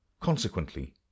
consequently